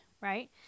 right